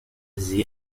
sie